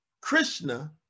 Krishna